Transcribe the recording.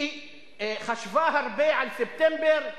היא חשבה הרבה על ספטמבר,